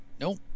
nope